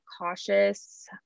cautious